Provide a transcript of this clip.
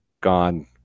Gone